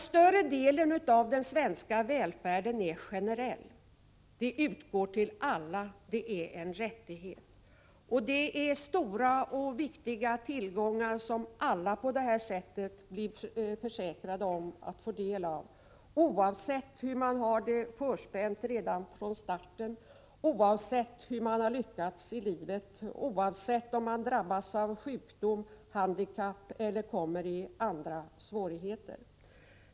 Större delen av den svenska välfärden är generell — förmånerna utgår till alla och är en rättighet. Det är stora och viktiga tillgångar som alla på det sättet blir försäkrade om att få del av, oavsett hur de har det förspänt redan från starten, oavsett hur de har lyckats i livet, oavsett om de drabbas av sjukdom eller handikapp eller kommer i andra svårigheter.